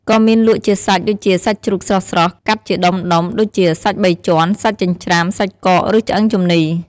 ក៏មានលក់ជាសាច់ ដូចជាសាច់ជ្រូកស្រស់ៗ កាត់ជាដុំៗ ដូចជា សាច់បីជាន់ សាច់ចិញ្ច្រាំ សាច់កក ឬឆ្អឹងជំនីរ។